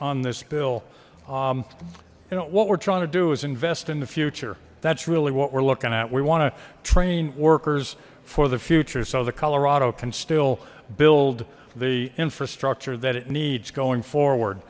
on this bill you know what we're trying to do is invest in the future that's really what we're looking at we want to train workers for the future so the colorado can still build the infrastructure that it needs going forward